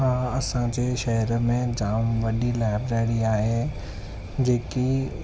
हा असांजे शहर में जाम वॾी लाइब्रेरी आहे जेकी